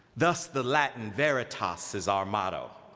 thus, the latin veritas is our motto.